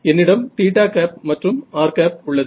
என்னிடம் மற்றும் r உள்ளது